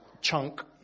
Chunk